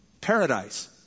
paradise